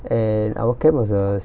and our camp was a